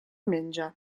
menja